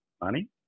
money